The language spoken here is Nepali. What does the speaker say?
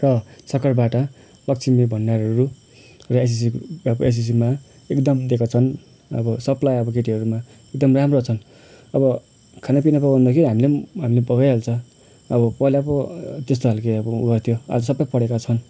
र सरकारबाट लक्ष्मी भन्डारहरू र एसीसी एसीसमा एकदम दिएका छन् अब सबलाई अब केटीहरूमा एकदम राम्रो छन् अब खानापिना पकाउन त के हामीलाई पनि हामीले पकाई हाल्छ अब पहिला पो अब त्यस्तो खाल्के उयो गर्थ्यो अहिले सबै पढेका छन्